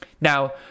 Now